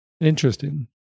Interesting